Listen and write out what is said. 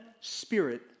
spirit